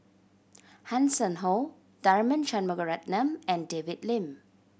Hanson Ho Tharman Shanmugaratnam and David Lim